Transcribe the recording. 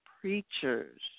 preachers